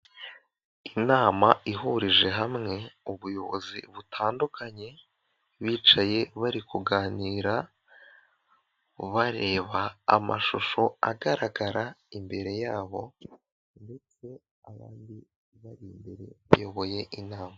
iInama ihurije hamwe ubuyobozi butandukanye bicaye bari kuganira bareba amashusho agaragara imbere yabo ndetse abandi bari imbere bayoboye inama.